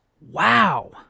wow